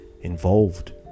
involved